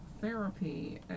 therapy